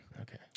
Okay